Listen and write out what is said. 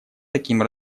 таким